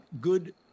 good